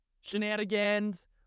shenanigans